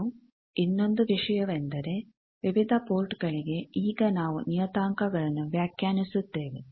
ಮತ್ತು ಇನ್ನೊಂದು ವಿಷಯವೆಂದರೆ ವಿವಿಧ ಪೋರ್ಟ್ಗಳಿಗೆ ಈಗ ನಾವು ನಿಯತಾಂಕಗಳನ್ನು ವ್ಯಾಖ್ಯಾನಿಸುತ್ತೇವೆ